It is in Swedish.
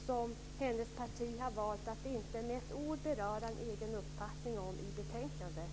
Eva Arvidssons parti har valt att inte med ett ord visa en egen uppfattning om den i betänkandet.